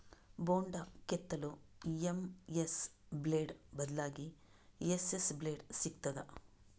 ಬೊಂಡ ಕೆತ್ತಲು MS blade ಬದ್ಲಾಗಿ ಎಸ್.ಎಸ್ ಬ್ಲೇಡ್ ಸಿಕ್ತಾದ?